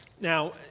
Now